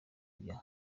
kujya